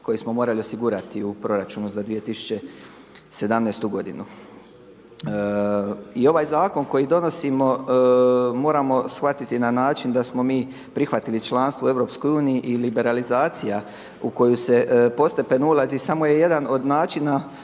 koje smo morali osigurati u proračunu za 2017. godinu. I ovaj zakon koji donosimo moramo shvatiti na način da smo mi prihvatili članstvo u EU i liberalizacija u koju se postepeno ulazi samo je jedan od načina